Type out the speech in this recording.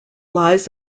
lies